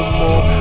more